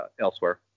elsewhere